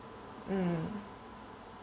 mm